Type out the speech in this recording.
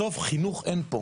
בסוף חינוך אין פה.